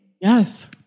Yes